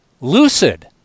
Lucid